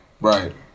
right